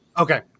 Okay